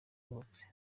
yubatse